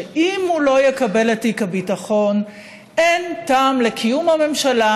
שאם הוא לא יקבל את תיק הביטחון אין טעם לקיום הממשלה,